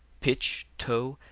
pitch, tow,